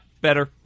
Better